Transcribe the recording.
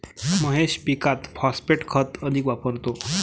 महेश पीकात फॉस्फेट खत अधिक वापरतो